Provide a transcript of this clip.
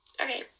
Okay